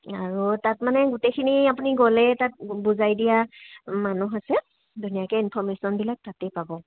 আৰু তাত মানে গোটেইখিনি আপুনি গ'লেই তাত বুজাই দিয়া মানুহ আছে ধুনীয়াকৈ ইনফৰ্মেশ্যনবিলাক তাতেই পাব